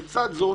בצד זאת